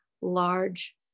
large